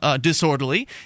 disorderly